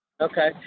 Okay